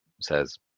says